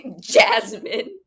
Jasmine